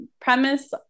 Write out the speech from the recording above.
premise